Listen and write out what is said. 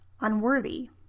unworthy